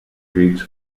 crits